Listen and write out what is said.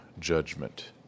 judgment